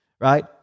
right